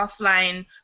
offline